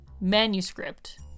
manuscript